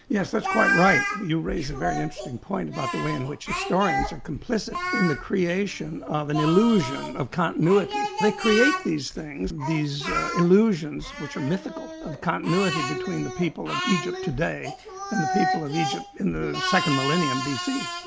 yes, that's quite right. you raise a very interesting point about the way in which historians are complicit in the creation of an illusion of continuity. they create these things, these illusions, which are mythical, of continuity between the people of egypt today and the people of egypt in the second millennium bc.